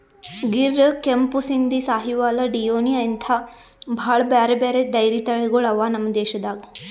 ಗಿರ್, ಕೆಂಪು ಸಿಂಧಿ, ಸಾಹಿವಾಲ್, ಡಿಯೋನಿ ಅಂಥಾ ಭಾಳ್ ಬ್ಯಾರೆ ಬ್ಯಾರೆ ಡೈರಿ ತಳಿಗೊಳ್ ಅವಾ ನಮ್ ದೇಶದಾಗ್